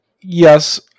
yes